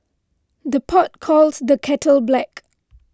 the pot calls the kettle black